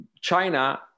China